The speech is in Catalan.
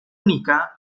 única